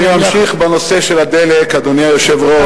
אני ממשיך בנושא של הדלק, אדוני היושב-ראש.